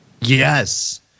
Yes